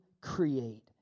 create